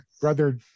Brother